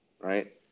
Right